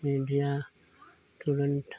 media तुरंत